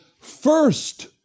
first